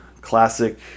classic